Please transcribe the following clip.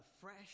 fresh